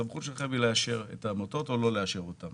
בסמכותכם לאשר או לא לאשר את העמותות.